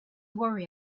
worry